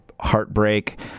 heartbreak